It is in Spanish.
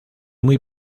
muy